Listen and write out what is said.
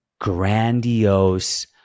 grandiose